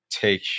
Take